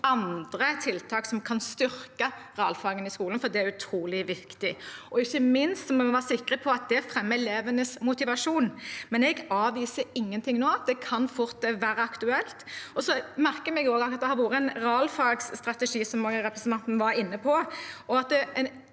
andre tiltak som kan styrke realfagene i skolen, for det er utrolig viktig. Ikke minst må vi være sikre på at det fremmer elevenes motivasjon. Men jeg avviser ingenting nå – dette kan fort være aktuelt. Så merker jeg meg også at det har vært en realfagsstrategi, som representanten var inne på,